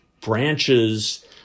branches